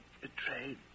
betrayed